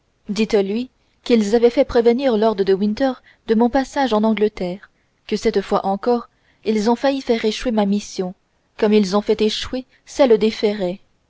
dites-lui qu'ils avaient fait prévenir lord de winter de mon passage en angleterre que cette fois encore ils ont failli faire échouer ma mission comme ils ont fait échouer celle des